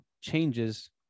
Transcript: changes